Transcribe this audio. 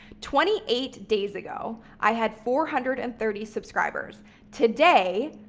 twenty eight days ago, i had four hundred and thirty subscribers today.